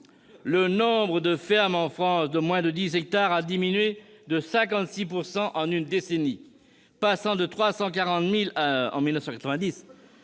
le nombre des fermes de moins de dix hectares a diminué de 56 % en une décennie, passant de 340 000 en 1990